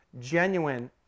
genuine